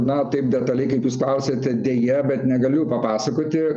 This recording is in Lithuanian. na taip detaliai kaip jūs klausiate deja bet negaliu papasakoti